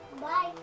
Bye